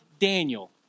Daniel